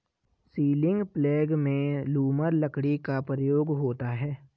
ceiling प्लेग में लूमर लकड़ी का प्रयोग होता है